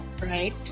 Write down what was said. right